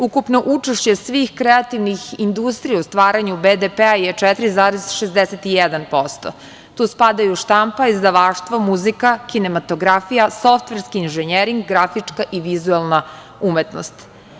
Ukupno učešće svih kreativnih industrija u stvaranju BDP-a je 4,61%, tu spadaju: štampa, izdavaštvo, muzika, kinematografija, softverski inženjering, grafička i vizuelna umetnost.